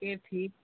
फिर ठीक